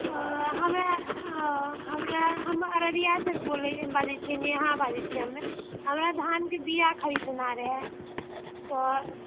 हँ हमरा हमरा हम अररिया से बाजै छी नेहा बाजै छी हमे हमरा धानके बिआ खरीदना रहै तऽ